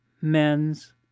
men's